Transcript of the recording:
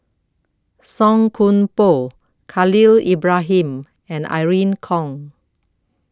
Song Koon Poh Khalil Ibrahim and Irene Khong